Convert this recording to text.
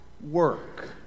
work